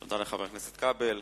תודה לחבר הכנסת כבל.